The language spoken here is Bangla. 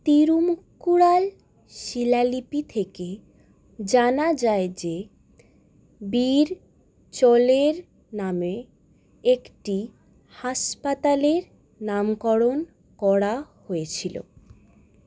তিরুমুক্কুলাল শিলালিপি থেকে জানা যায় যে বীর চোলের নামে একটি হাসপাতালের নামকরণ করা হয়েছিল